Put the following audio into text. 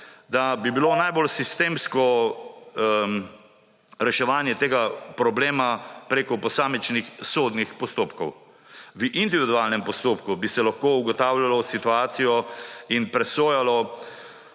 da bi bilo najbolj sistemsko reševanje tega problema preko posamičnih sodnih postopkov. V individualnem postopku bi se lahko ugotavljalo situacijo in presojalo